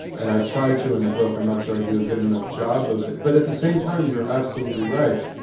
and i tried to in the book, i'm not sure i do a good enough job of it, but at the same time, you're absolutely right.